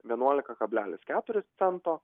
vienuolika kablelis keturis cento